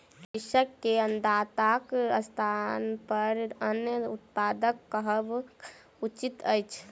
कृषक के अन्नदाताक स्थानपर अन्न उत्पादक कहब उचित अछि